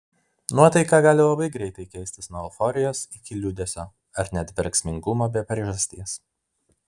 nuotaika gali labai greitai keistis nuo euforijos iki liūdesio ar net verksmingumo be priežasties